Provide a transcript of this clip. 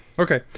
okay